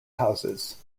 houses